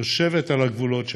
יושבת על הגבולות שלה.